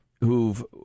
who've